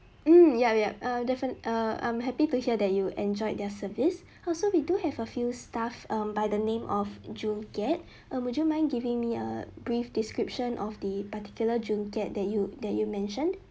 mm yup yup uh defi~ uh I'm happy to hear that you enjoyed their service also we do have a few staff um by the name of jun kiat uh would you mind giving me a brief description of the particular jun kiat that you that you mentioned